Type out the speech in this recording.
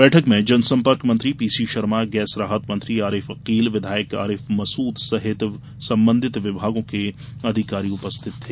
बैठक में जनसम्पर्क मंत्री पीसीशर्मा गैस राहत मंत्री आरिफ अकील विधायक आरिफ मसूद सहित संबंधित विभागों के अधिकारी उपस्थित थे